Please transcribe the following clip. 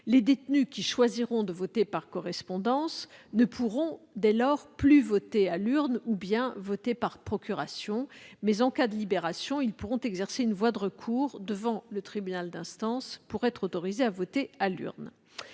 Les détenus ayant choisi de voter par correspondance ne pourront dès lors plus voter à l'urne ou par procuration, mais, en cas de libération, ils pourront exercer une voie de recours devant le tribunal d'instance pour être autorisés à voter à l'urne.